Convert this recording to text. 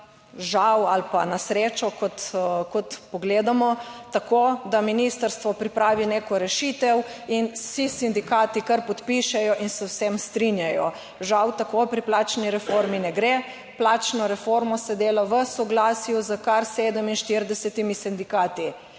žal ali pa na srečo, tako, da ministrstvo pripravi neko rešitev in vsi sindikati kar podpišejo in se v tem strinjajo. Žal, tako pri plačni reformi ne gre. Plačno reformo se dela v soglasju s kar 47 sindikati,